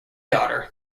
daughter